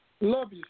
Love